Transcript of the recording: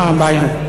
מה הבעיה?